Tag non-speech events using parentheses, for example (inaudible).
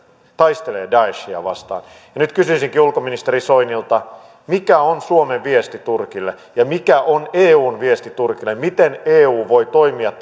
taistelevat daeshia vastaan nyt kysyisinkin ulkoministeri soinilta mikä on suomen viesti turkille ja mikä on eun viesti turkille miten eu voi toimia (unintelligible)